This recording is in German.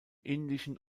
indischen